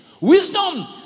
wisdom